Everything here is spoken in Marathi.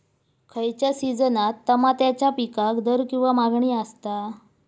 खयच्या सिजनात तमात्याच्या पीकाक दर किंवा मागणी आसता?